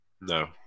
No